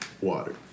Water